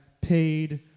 paid